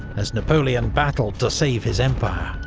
as napoleon battled to save his empire.